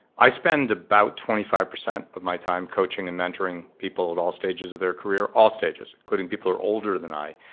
i spend about twenty five percent of my time coaching and mentoring people at all stages of their career, all stages, including people who are older than i,